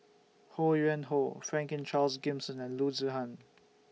Ho Yuen Hoe Franklin Charles Gimson and Loo Zihan